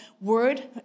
word